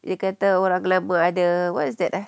dia kata orang glamour ada what is that ah